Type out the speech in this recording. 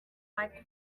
like